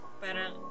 Parang